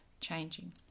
changing